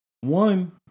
one